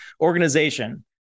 organization